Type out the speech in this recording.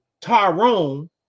Tyrone